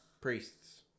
priests